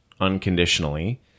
unconditionally